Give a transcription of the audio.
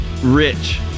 rich